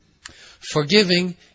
forgiving